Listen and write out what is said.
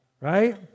Right